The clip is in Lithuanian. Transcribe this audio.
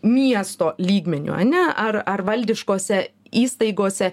miesto lygmeniu ane ar ar valdiškose įstaigose